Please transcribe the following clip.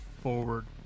forward